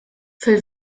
fil